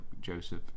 Joseph